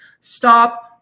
Stop